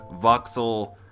voxel